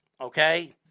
okay